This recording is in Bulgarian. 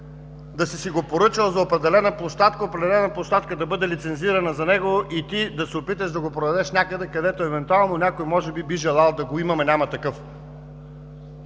да си си го поръчал за определена площадка, определена площадка да бъде лицензирана за него и ти да се опиташ да го продадеш някъде, където евентуално някой може би би желал да го има, ама такъв